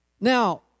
Now